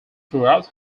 throughout